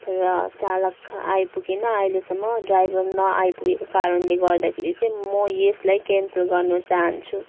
तर चालक आइपुगेन अहिलेसम्म ड्राइभर नआइपुगेको कारणले गर्दाखेरि चाहिँ म यसलाई क्यान्सल गर्नु चाहन्छु